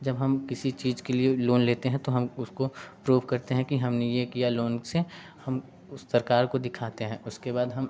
जब हम किसी चीज के लिए लोन लेते हैं तो हम उसको प्रूव करते हैं कि हमने ये किया लोन से हम उस सरकार को दिखाते हैं उसके बाद हम